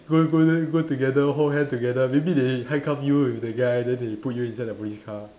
go go then go together hold hand together maybe they handcuff you with the guy then they put you inside the police car